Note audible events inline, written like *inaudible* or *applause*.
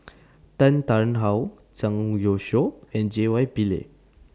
*noise* Tan Tarn How Zhang Youshuo and J Y Pillay